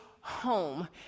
home